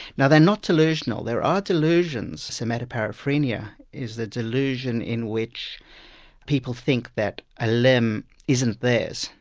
now they're not delusional there are delusions, somatoparaphrenia is the delusion in which people think that a limb isn't theirs.